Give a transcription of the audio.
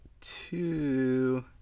two